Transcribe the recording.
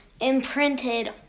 imprinted